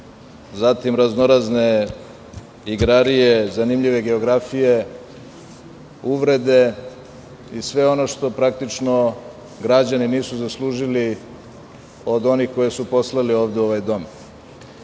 zatim raznorazne igrarije zanimljive geografije, uvrede i sve ono što praktično građani nisu zaslužili od onih koji su poslali ovde u ovaj dom. Mi